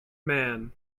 man